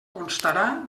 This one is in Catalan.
constarà